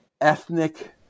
ethnic